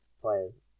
players